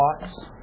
thoughts